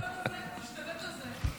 תשתלט על זה.